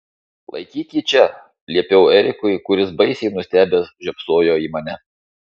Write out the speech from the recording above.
laikyk jį čia liepiau erikui kuris baisiai nustebęs žiopsojo į mane